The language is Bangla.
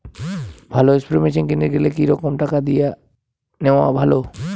ভালো স্প্রে মেশিন কিনির গেলে কি রকম টাকা দিয়া নেওয়া ভালো?